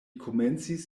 komencis